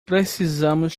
precisamos